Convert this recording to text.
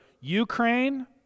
Ukraine